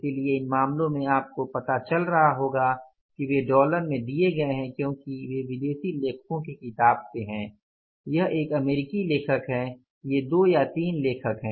इसलिए इन मामलों में आपको पता चल रहा होगा कि वे डॉलर में दिए गए हैं क्योंकि वे विदेशी लेखकों की किताब से हैं यह एक अमेरिकी लेखक हैं ये दो या तीन लेखक हैं